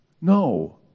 No